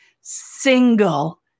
single